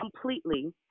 completely